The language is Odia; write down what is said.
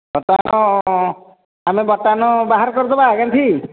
ବର୍ତ୍ତମାନ ଆମେ ବର୍ତ୍ତମାନ ବାହାର କରିଦେବା